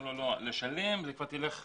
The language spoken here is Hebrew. ואומרים לו: לא לשלם לך לשם.